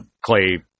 clay